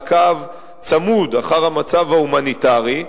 מעקב צמוד אחר המצב ההומניטרי,